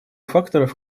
факторов